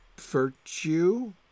virtue